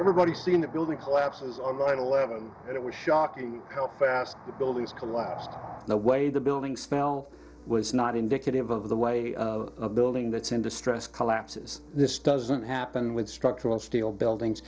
everybody seen the building collapses on line eleven and it was shocking how fast the buildings collapsed the way the buildings fell was not indicative of the way of a building that's in distress collapses this doesn't happen with structural steel buildings